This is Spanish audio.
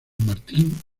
martín